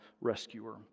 rescuer